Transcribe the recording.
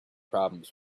problems